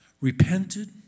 repented